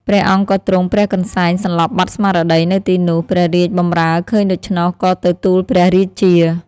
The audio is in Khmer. ព្រះអង្គក៏ទ្រង់ព្រះកន្សែងសន្លប់បាត់ស្មារតីនៅទីនោះ ព្រះរាជបម្រើឃើញដូច្នោះ ក៏ទៅទូលព្រះរាជា។